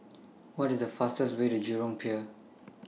What IS The fastest Way to Jurong Pier